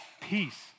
Peace